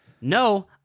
no